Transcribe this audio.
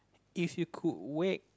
if you could wake